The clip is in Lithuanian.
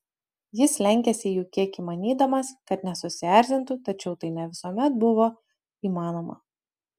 jis lenkėsi jų kiek įmanydamas kad nesusierzintų tačiau tai ne visuomet buvo įmanoma